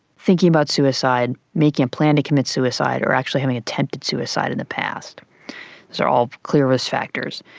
thinking about suicide, making a plan to commit suicide or actually having attempted suicide in the past, these are all clear risk factors.